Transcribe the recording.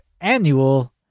annual